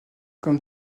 comme